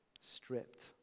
stripped